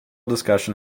discussion